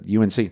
UNC